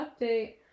update